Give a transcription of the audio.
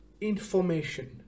information